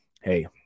hey